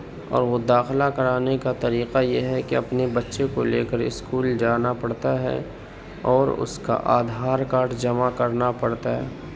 اور وہ داخلہ کرانے کا طریقہ یہ ہے کہ اپنے بچے کو لے کر اسکول جانا پڑتا ہے اور اس کا آدھار کارڈ جمع کرنا پڑتا ہے